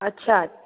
अच्छा